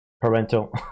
parental